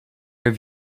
have